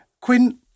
Quinn